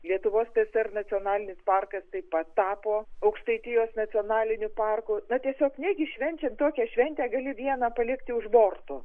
lietuvos tsr nacionalinis parkas taip pat tapo aukštaitijos nacionaliniu parku na tiesiog negi švenčiant tokią šventę gali vieną palikti už borto